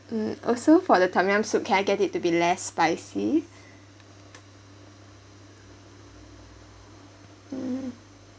hmm also for the tom yum soup can I get it to be less spicy mm